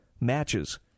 matches